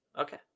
Okay